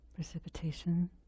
Precipitation